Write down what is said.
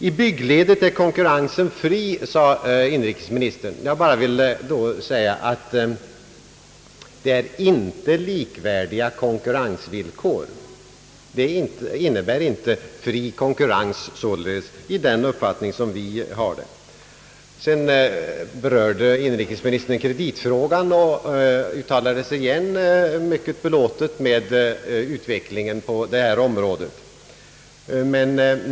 I byggledet är konkurrensen fri, sade inrikesministern. Jag genmäler att det icke råder likvärdiga konkurrensvillkor. Konkurrensen är därför inte fri. Inrikesministern berörde kreditfrågan och uttalade sig igen vara mycket belåten med utvecklingen på detta område.